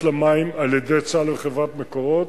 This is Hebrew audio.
של המים על-ידי צה"ל וחברת "מקורות",